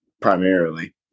primarily